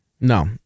No